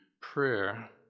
prayer